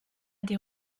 des